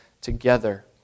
together